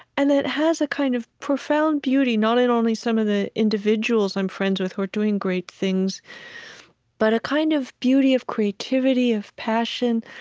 and that has a kind of profound beauty, not only in only some of the individuals i'm friends with who are doing great things but a kind of beauty of creativity, of passion,